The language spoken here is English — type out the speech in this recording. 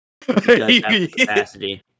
capacity